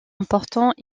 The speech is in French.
important